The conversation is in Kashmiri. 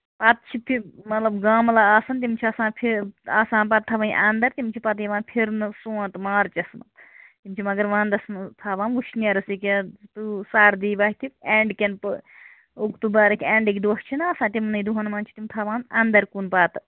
پَتہٕ چھِ تہِ مطلب گملہٕ آسان تِم چھِ آسان آسان پَتہٕ تھاوٕنۍ اَنٛدر تِم چھِ پَتہٕ یِوان پھِرنہٕ سونتھ مارچَس تِم چھِ مَگر وَنٛدَس منٛز تھاوان وُشنیرَس تِکیٛازِ سُہ سَردی وۄتھِ اینٚڈ کیٚن اکتوٗبرٕکۍ اینٛڈٕکۍ دۄہ چھِناہ آسان تِمنٕے دۄہَن منٛز چھِ یِم تھاوان اَنٛدر کُن پَتہٕ